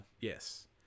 Yes